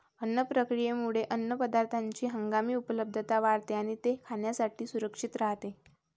अन्न प्रक्रियेमुळे अन्नपदार्थांची हंगामी उपलब्धता वाढते आणि ते खाण्यासाठी सुरक्षित राहते